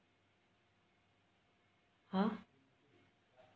!huh!